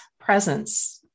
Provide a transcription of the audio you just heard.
presence